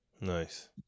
nice